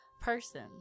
person